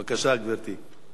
בבקשה, גברתי.